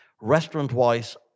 Restaurant-wise